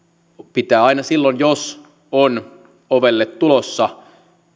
pitää aina silloin jos on ovelle tulossa